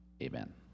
Amen